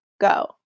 go